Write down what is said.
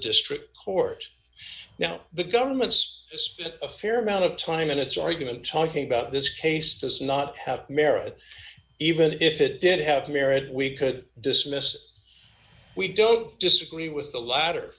district court now the government's spent a fair amount of time in its argument talking about this case does not have merit even if it did have merit we could dismiss we don't disagree with the la